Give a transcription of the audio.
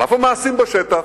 על אף המעשים בשטח.